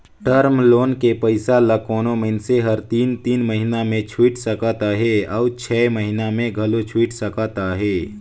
term loan के पइसा ल कोनो मइनसे हर तीन तीन महिना में छुइट सकत अहे अउ छै महिना में घलो छुइट सकत अहे